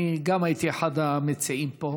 גם אני הייתי אחד המציעים פה,